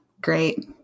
great